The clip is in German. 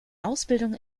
ausbildung